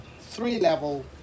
three-level